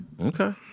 Okay